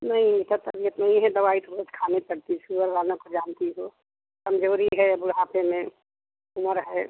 नहीं तबीयत नहीं है दवाई तो बहुंत खानी पड़ती है सुगर वालों को जानती हो कमज़ोरी है बुढ़ापे में उम्र है